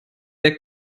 der